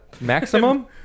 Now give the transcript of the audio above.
Maximum